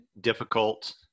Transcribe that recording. difficult